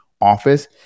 office